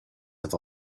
have